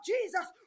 Jesus